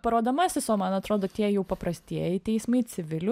parodomasis o man atrodo tie jau paprastieji teismai civilių